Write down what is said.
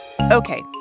Okay